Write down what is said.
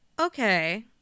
okay